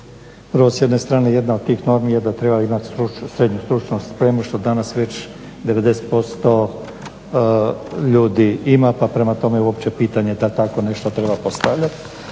Prvo, s jedne strane jedna od tih normi je da treba imati SSS što danas već 90% ljudi ima, pa prema tome uopće pitanje da tako nešto treba postavljat.